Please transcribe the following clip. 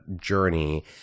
journey